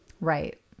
right